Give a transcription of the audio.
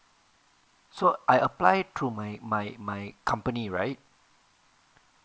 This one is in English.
so I apply through my my my company right